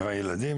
עם הילדים